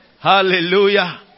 Hallelujah